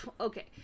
Okay